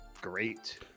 great